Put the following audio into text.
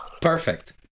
perfect